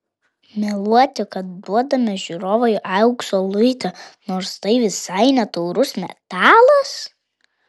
meluoti kad duodame žiūrovui aukso luitą nors tai visai ne taurus metalas